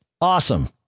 Awesome